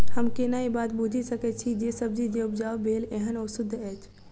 हम केना ए बात बुझी सकैत छी जे सब्जी जे उपजाउ भेल एहन ओ सुद्ध अछि?